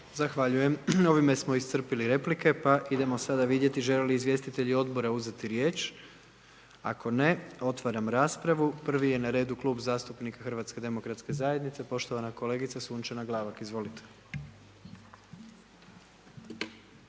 Zahvaljujem. Ovime smo iscrpili replike pa idemo sada vidjeti žele li izvjestitelji odbora uzeti riječ? Ako ne, otvaram raspravu. Prvi je na redu Klub zastupnika Hrvatske demokratske zajednice, poštovana kolegica Sunčana Glavak, izvolite.